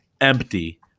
empty